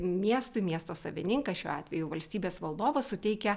miestui miesto savininkas šiuo atveju valstybės valdovas suteikia